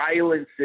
violence